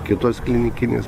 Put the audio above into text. kitos klinikinės